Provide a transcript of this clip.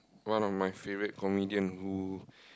one of my favourite comedian who